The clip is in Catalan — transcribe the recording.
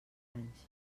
anys